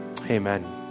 amen